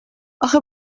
آخه